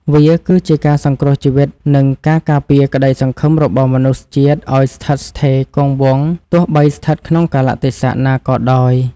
វាគឺជាការសង្គ្រោះជីវិត និងការការពារក្តីសង្ឃឹមរបស់មនុស្សជាតិឱ្យស្ថិតស្ថេរគង់វង្សទោះបីស្ថិតក្នុងកាលៈទេសៈណាក៏ដោយ។